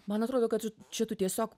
man atrodo kad čia tu tiesiog